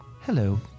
Hello